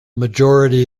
majority